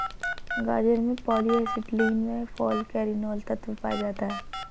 गाजर में polyacetylene व फालकैरिनोल तत्व पाया जाता है